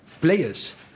players